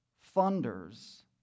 thunders